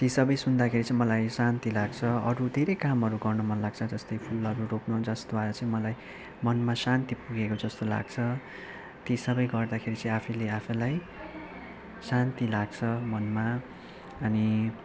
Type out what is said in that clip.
ती सबै सुन्दाखेरि चाहिँ मलाई शान्ति लाग्छ अरू धेरै कामहरू गर्नु मन लाग्छ जस्तै फुलहरू रोप्नु जसद्वारा चाहिँ मलाई मनमा शान्ति पुगेको जस्तो लाग्छ ती सबै गर्दाखेरि चाहिँ आफूले आफैलाई शान्ति लाग्छ मनमा अनि